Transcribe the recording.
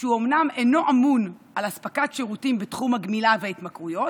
שהוא אומנם אינו אמון על אספקת שירותים בתחום הגמילה וההתמכרויות,